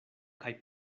kaj